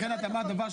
המחלה.